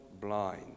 blind